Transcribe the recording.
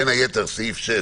בין היתר סעיף 6,